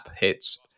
hits